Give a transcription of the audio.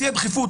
בשיא הדחיפות,